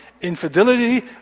infidelity